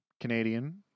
Canadian